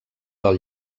del